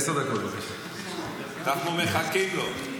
אנחנו מחכים לו.